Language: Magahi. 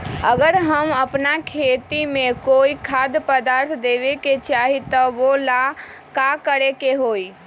अगर हम अपना खेती में कोइ खाद्य पदार्थ देबे के चाही त वो ला का करे के होई?